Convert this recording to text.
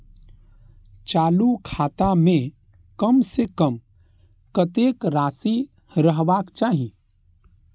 चालु खाता में कम से कम कतेक राशि रहबाक चाही?